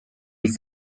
die